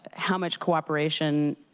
how muchcooperation